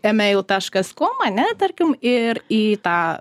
emeil taškas kom ane tarkim ir į tą